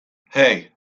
hey